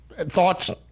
thoughts